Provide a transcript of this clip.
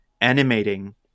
animating